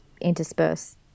intersperse